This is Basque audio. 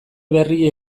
berria